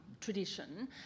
tradition